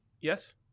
Yes